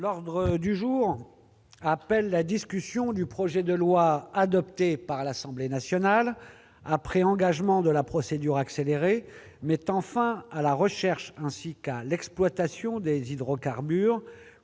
L'ordre du jour appelle la discussion du projet de loi, adopté par l'Assemblée nationale après engagement de la procédure accélérée, mettant fin à la recherche ainsi qu'à l'exploitation des hydrocarbures